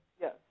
Yes